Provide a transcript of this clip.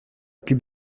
plus